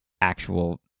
actual